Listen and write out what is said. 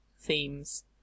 themes